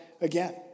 again